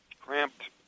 cramped